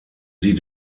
sie